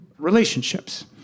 Relationships